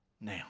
now